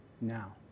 now